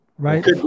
Right